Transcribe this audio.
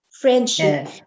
friendship